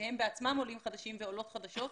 שהם בעצמם עולים חדשים ועולות חדשות,